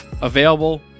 Available